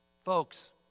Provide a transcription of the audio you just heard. Folks